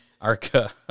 ARCA